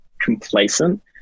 complacent